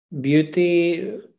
Beauty